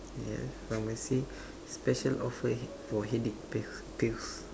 yes pharmacy special offer for headache pail pills